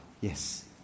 Yes